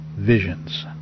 visions